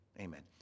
amen